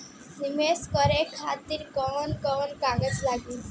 नीवेश करे खातिर कवन कवन कागज लागि?